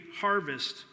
harvest